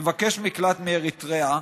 מבקש מקלט מאריתריאה,